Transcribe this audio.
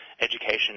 education